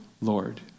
Lord